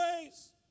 ways